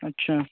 अच्छा